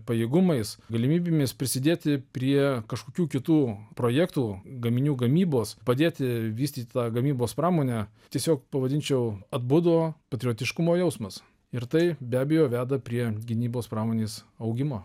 pajėgumais galimybėmis prisidėti prie kažkokių kitų projektų gaminių gamybos padėti vystyti tą gamybos pramonę tiesiog pavadinčiau atbudo patriotiškumo jausmas ir tai be abejo veda prie gynybos pramonės augimo